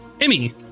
Emmy